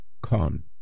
con